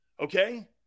okay